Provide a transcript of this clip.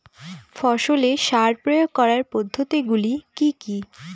ফসলে সার প্রয়োগ করার পদ্ধতি গুলি কি কী?